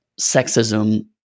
sexism